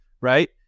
right